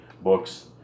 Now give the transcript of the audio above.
books